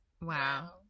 Wow